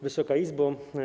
Wysoka Izbo!